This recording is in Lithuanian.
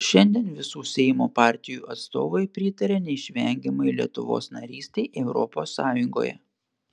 šiandien visų seimo partijų atstovai pritaria neišvengiamai lietuvos narystei europos sąjungoje